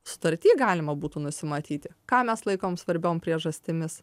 sutarty galima būtų nusimatyti ką mes laikom svarbiom priežastimis